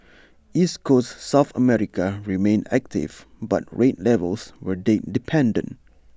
East Coast south America remained active but rate levels were date dependent